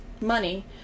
money